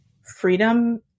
freedom